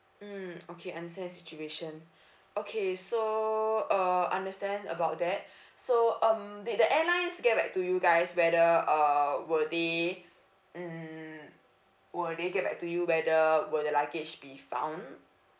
mmhmm okay understand situation okay so uh understand about that so um did the airlines get back to you guys whether err were day mm were they get back to you whether were the luggage be found